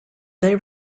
they